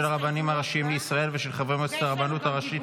הרבנים הראשיים לישראל ושל חברי מועצת הרבנות הראשית